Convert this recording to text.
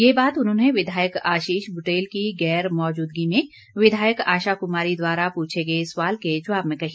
यह बात उन्होंने विधायक आशीष बुटेल की गैर मौजूदगी में विधायक आशा कुमारी द्वारा पूछे गए सवाल के जवाब में कही